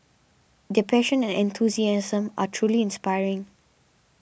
their passion and enthusiasm are truly inspiring